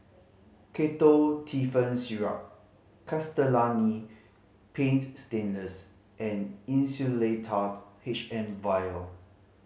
Ketotifen Syrup Castellani Paint Stainless and Insulatard H M Vial